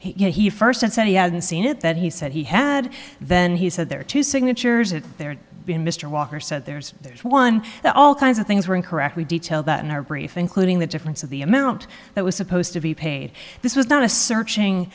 he first said he hadn't seen it that he said he had then he said there are two signatures in there being mr walker said there's there's one and all kinds of things were incorrectly detail that in our brief including the difference of the amount that was supposed to be paid this was not a searching